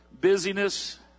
busyness